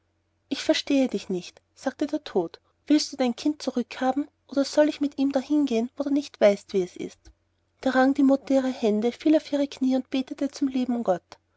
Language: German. ich verstehe dich nicht sagte der tod willst du dein kind zurückhaben oder soll ich mit ihm da hineingehen wo du nicht weißt wie es ist da rang die mutter ihre hände fiel auf ihre kniee und betete zum lieben gott